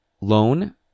loan